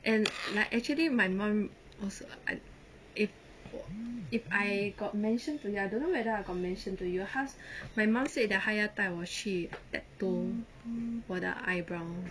and my actually my mum was i- if 我 if I got mention to you I don't know whether I got mention to you cause my mum said that 她要带我去 tattoo 我的 eyebrow